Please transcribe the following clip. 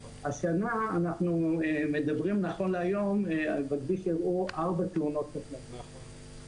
השנה אנחנו מדברים נכון להיום שבכביש אירעו 4 תאונות קטלניות.